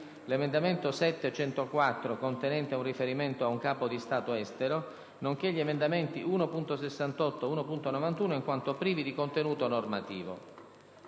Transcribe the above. l'emendamento 7.104, contenente un riferimento a un Capo di Stato estero, nonché gli emendamenti 1.68 e 1.91 in quanto privi di contenuto normativo.